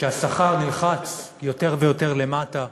שהשכר נלחץ יותר ויותר למטה,